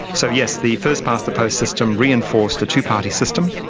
so yes, the first-past-the-post system reinforced the two-party system,